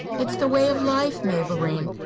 it's the way of life, mavourneen.